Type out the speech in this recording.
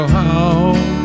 home